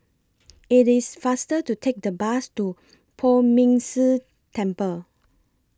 IT IS faster to Take The Bus to Poh Ming Tse Temple